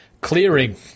Clearing